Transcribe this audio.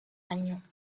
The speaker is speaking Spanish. año